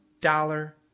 dollar